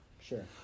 Sure